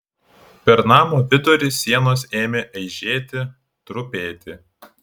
per namo vidurį sienos ėmė eižėti trupėti